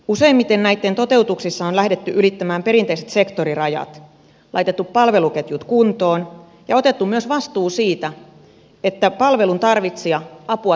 useimmiten näitten toteutuksissa on lähdetty ylittämään perinteiset sektorirajat laitettu palveluketjut kuntoon ja otettu myös vastuu siitä että palvelun tarvitsija apua todellisesti saa